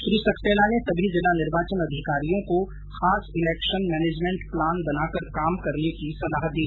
श्री सक्सेना ने सभी जिला निर्वाचन अधिकारियों को खास इलेक्शन मैनेजमेंट प्लान बनाकर काम करने की सलाह दी